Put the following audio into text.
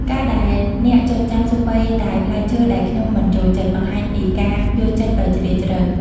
ការដែលអ្នកចងចាំសូម្បីតែផ្លែឈើដែលខ្ញុំមិនចូលចិត្ត បង្ហាញពីការយល់ចិត្តដ៏ជ្រាលជ្រៅ។